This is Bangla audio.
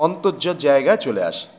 অন্তর্য